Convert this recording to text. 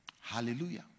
Hallelujah